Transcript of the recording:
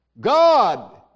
God